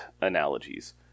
analogies